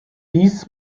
dies